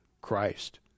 Christ